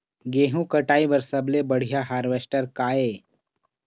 गेहूं कटाई बर सबले बढ़िया हारवेस्टर का ये?